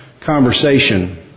conversation